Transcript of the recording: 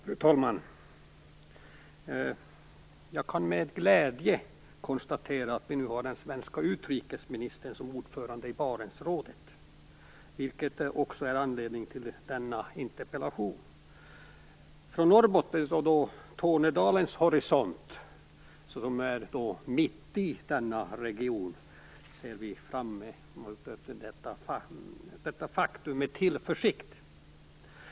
Fru talman! Jag kan med glädje konstatera att den svenska utrikesministern nu är ordförande i Barentsrådet, vilket också är anledningen till denna interpellation. Från Norrbottens och Tornedalens horisont - mitt i denna region - ser vi fram mot detta faktum med tillförsikt.